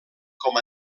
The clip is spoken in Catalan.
com